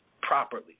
properly